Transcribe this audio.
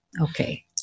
Okay